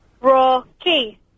Rocky